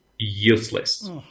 Useless